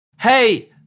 hey